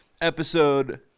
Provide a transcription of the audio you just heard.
Episode